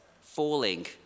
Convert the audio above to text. falling